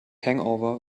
hangover